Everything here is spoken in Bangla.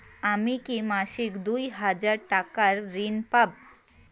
আমি কি মাসিক দুই হাজার টাকার ঋণ পাব?